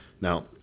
Now